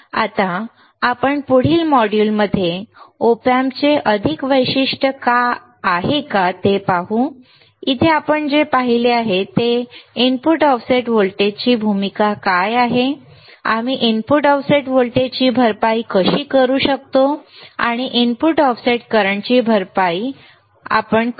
आता आपण पुढील मॉड्यूलमध्ये Op Amp चे अधिक वैशिष्ट्य आहे का ते पाहू इथे आपण जे पाहिले ते आहे की इनपुट ऑफसेट व्होल्टेजची भूमिका काय आहे आम्ही इनपुट ऑफसेट व्होल्टेजची भरपाई कशी करू शकतो आणि इनपुट ऑफसेट करंटची भरपाई कशी करू शकतो